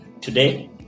today